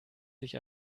sich